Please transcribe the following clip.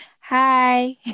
Hi